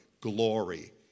glory